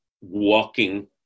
walking